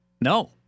No